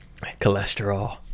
cholesterol